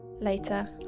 Later